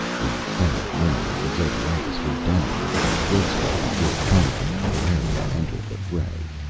the five women of the xotalancas were down with their throats cut before conan and valeria entered the fray,